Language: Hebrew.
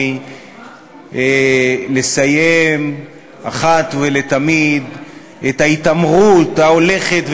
לסיים אחת ולתמיד את ההתעמרות ההולכת,